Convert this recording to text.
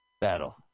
battle